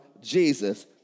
Jesus